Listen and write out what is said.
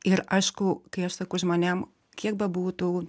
ir aišku kai aš sakau žmonėm kiek bebūtų